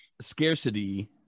scarcity